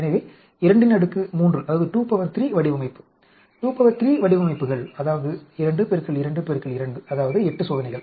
எனவே 23 வடிவமைப்பு 23 வடிவமைப்புகள் அதாவது 2 2 2 அதாவது 8 சோதனைகள்